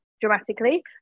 dramatically